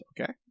okay